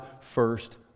first